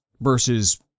versus